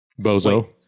Bozo